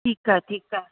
ठीकु आहे ठीकु आहे